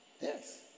Yes